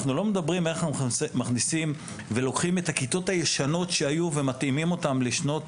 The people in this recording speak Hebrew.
אנחנו לא מדברים איך אנחנו לוקחים את הכיתות הישנות ומתאימים אותן לשנת